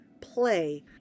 play